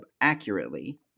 accurately